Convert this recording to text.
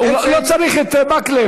עצם, לא צריך את מקלב.